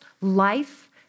life